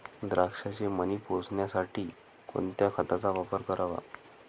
द्राक्षाचे मणी पोसण्यासाठी कोणत्या खताचा वापर करावा?